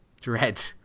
dread